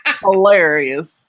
Hilarious